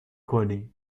کنی